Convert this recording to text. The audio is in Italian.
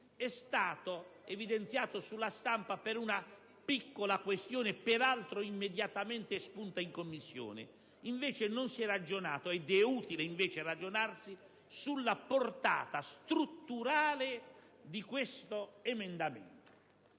è stato evidenziato sulla stampa per una piccola questione, peraltro immediatamente espunta in Commissione. Non si è ragionato - ed è invece utile farlo - sulla portata strutturale di questo emendamento.